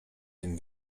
tym